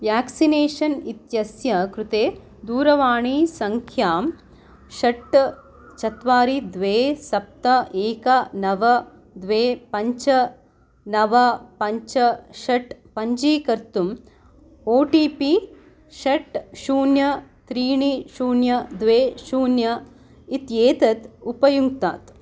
vaccination इत्यस्य कृते दूरवाणीसङ्ख्यां षट् चत्वारि द्वे सप्त एक नव द्वे पञ्च नव पञ्च षट् पञ्जीकर्तुं ओ टि पि षट् शून्य त्रीणि शून्य द्वे शून्य इत्येतत् उपयुङ्क्तात्